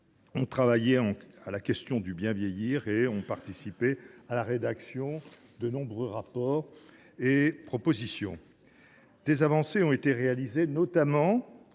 ont travaillé sur la question du bien vieillir et ont participé à la rédaction de maints rapports et propositions. Des avancées ont été réalisées, notamment